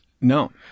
No